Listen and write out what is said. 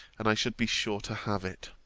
and i should be sure to have it.